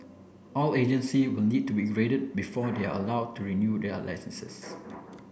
all agency will need to be graded before they are allowed to renew their licences